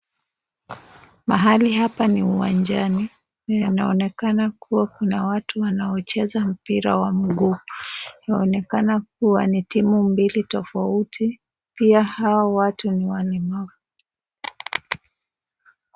Mahali hapa ni uwanjani na inaonekana kuwa kuna watu wanaocheza mpira wa mguu. Inaonekana kuwa ni timu mbili tofauti pia hawa watu ni walemavu.